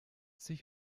sich